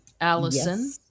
Allison